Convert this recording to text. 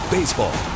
Baseball